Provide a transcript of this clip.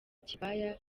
kibaya